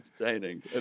entertaining